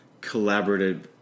collaborative